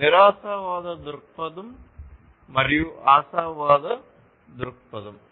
నిరాశావాద దృక్పథం